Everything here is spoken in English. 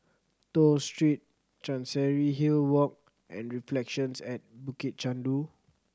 Toh Street Chancery Hill Walk and Reflections at Bukit Chandu